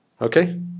Okay